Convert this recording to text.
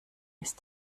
ist